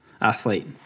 athlete